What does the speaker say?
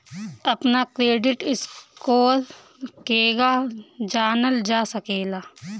अपना credit score केगा जानल जा सकेला?